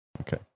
okay